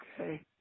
okay